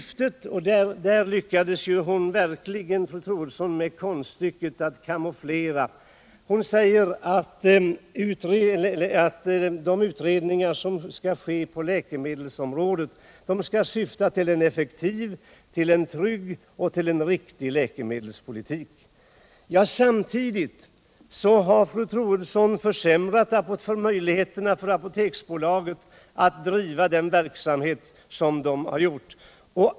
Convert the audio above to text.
Fru Troedsson sade att de utredningar som skall göras på läkemedelsområdet syftar till en effektiv, trygg och riktig läkemedelspolitik. Samtidigt har fru Troedsson försämrat möjligheterna för Apoteksbolaget att bedriva sin verksamhet.